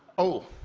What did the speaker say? oh,